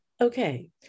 Okay